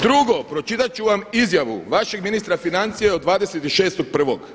Drugo, pročitat ću vam izjavu vašeg ministra financija od 26.1.